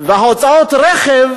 הוצאות הרכב